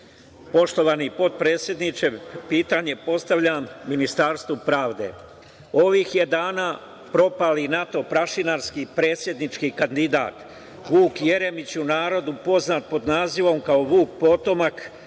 Poštovani potpredsedniče, pitanje postavljam Ministarstvu pravde. Ovih je dana propali NATO prašinarski predsednički kandidat Vuk Jeremić, u narodu poznat pod nazivom Vuk potomak,